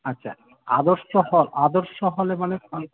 আচ্ছা আদর্শ হল আদর্শ হলে মানে কোন